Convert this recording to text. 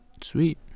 sweet